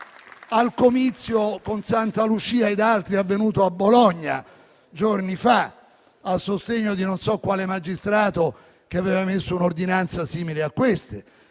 al comizio con Santalucia ed altri, che è avvenuto a Bologna giorni fa, a sostegno di non so quale magistrato che aveva emesso un'ordinanza simile a quelle